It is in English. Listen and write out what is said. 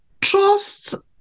Trust